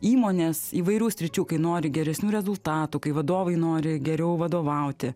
įmonės įvairių sričių kai nori geresnių rezultatų kai vadovai nori geriau vadovauti